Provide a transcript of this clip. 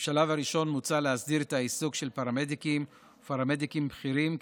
ובשלב הראשון מוצע להסדיר את העיסוק של פרמדיקים ופרמדיקים בכירים,